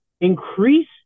increase